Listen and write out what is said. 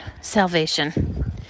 salvation